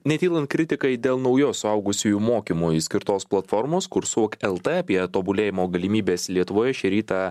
netylant kritikai dėl naujos suaugusiųjų mokymui skirtos platformos kursuok lt apie tobulėjimo galimybes lietuvoje šį rytą